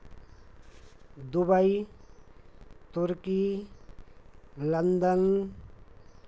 Dubai turkey London